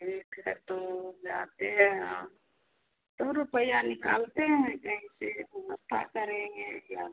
ठीक है तो जाते हैं हम तो रुपया निकालते हैं बैंक से मुनफ्फा करेंगे या